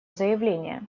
заявление